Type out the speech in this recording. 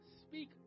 speak